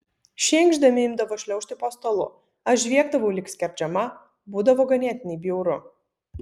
šie inkšdami imdavo šliaužti po stalu aš žviegdavau lyg skerdžiama būdavo ganėtinai bjauru